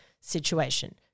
situation